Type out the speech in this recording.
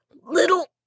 Little